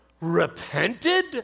repented